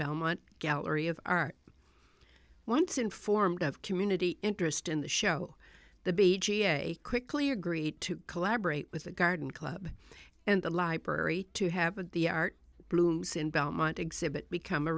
belmont gallery of art once informed of community interest in the show the b g a quickly agreed to collaborate with the garden club and the library to have of the art blooms in belmont exhibit become a